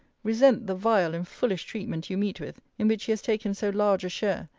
resent the vile and foolish treatment you meet with, in which he has taken so large a share,